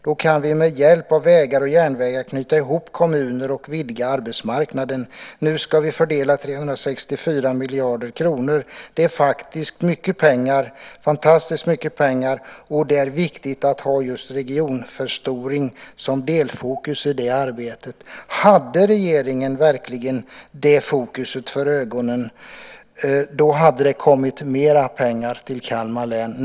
Då kan vi med hjälp av vägar och järnvägar knyta ihop kommuner och vidga arbetsmarknaden. Nu ska vi fördela 364 miljarder kronor i januari. Det är fantastiskt mycket pengar, och det är viktigt att ha just regionförstoring som delfokus i det arbetet." Om regeringen verkligen hade det fokuset för ögonen hade det kommit mer pengar till Kalmar län.